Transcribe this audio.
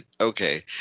Okay